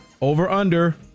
over-under